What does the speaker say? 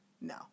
no